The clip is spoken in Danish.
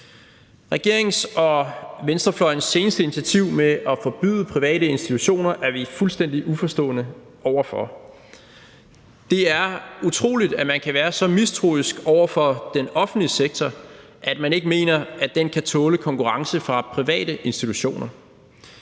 Regeringens og venstrefløjens seneste initiativ med at forbyde private institutioner er vi fuldstændig uforstående over for. Det er utroligt, at man kan være så mistroisk over for den offentlige sektor, at man ikke mener, at den kan tåle konkurrence fra private institutioner.